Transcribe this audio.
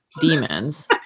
demons